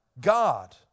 God